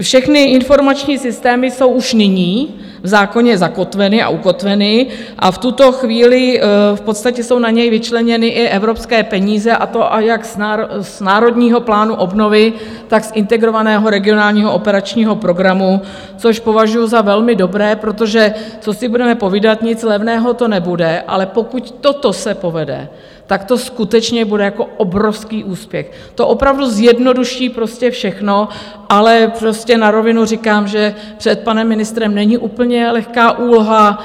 Všechny informační systémy jsou už nyní v zákoně zakotveny a ukotveny a v tuto chvíli v podstatě jsou na něj vyčleněny i evropské peníze, a to jak z Národního plánu obnovy, tak z Integrovaného regionálního operačního programu, což považuju za velmi dobré, protože co si budeme povídat, nic levného to nebude, ale pokud toto se povede, tak to skutečně bude obrovský úspěch, to opravdu zjednoduší všechno, ale na rovinu říkám, že před panem ministrem není úplně lehká úloha.